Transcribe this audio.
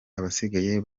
abasigaye